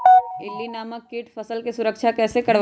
इल्ली नामक किट से फसल के सुरक्षा कैसे करवाईं?